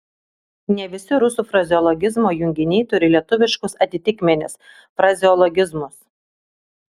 ne visi rusų frazeologizmo junginiai turi lietuviškus atitikmenis frazeologizmus